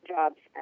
Jobs